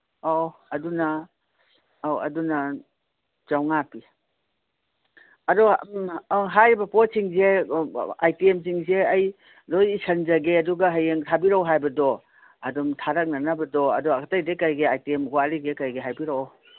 ꯑꯧ ꯑꯗꯨꯅ ꯑꯧ ꯑꯗꯨꯅ ꯆꯧꯉꯥ ꯄꯤ ꯑꯗꯣ ꯍꯥꯏꯔꯤꯕ ꯄꯣꯠꯁꯤꯡꯁꯦ ꯑꯥꯏꯇꯦꯝꯁꯤꯡꯁꯦ ꯑꯩ ꯂꯣꯏ ꯏꯁꯟꯖꯒꯦ ꯑꯗꯨꯒ ꯍꯌꯦꯡ ꯊꯥꯕꯤꯔꯛꯑꯣ ꯍꯥꯏꯕꯗꯣ ꯑꯗꯨꯝ ꯊꯥꯔꯛꯅꯅꯕꯗꯣ ꯑꯗꯨ ꯑꯇꯩ ꯑꯇꯩ ꯀꯩ ꯀꯩ ꯑꯥꯏꯇꯦꯝ ꯋꯥꯠꯂꯤꯒꯦ ꯀꯩꯀꯩ ꯍꯥꯏꯕꯤꯔꯛꯑꯣ